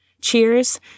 Cheers